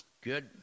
good